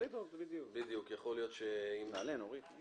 יכול להיות שנעלה או נוריד.